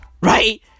Right